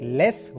less